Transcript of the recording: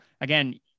again